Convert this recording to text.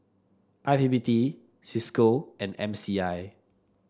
I P P T Cisco and M C I